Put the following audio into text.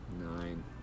Nine